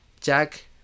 Jack